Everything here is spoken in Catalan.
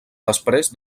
després